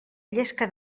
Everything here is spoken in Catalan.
llesca